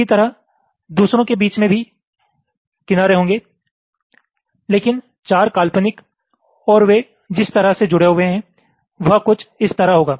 इसी तरह दूसरो के बीच में भी किनारे होंगे लेकिन 4 काल्पनिक और वे जिस तरह से जुड़े हुए हैं वह कुछ इस तरह होगा